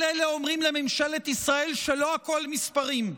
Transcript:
כל אלה אומרים לממשלת ישראל שלא הכול מספרים,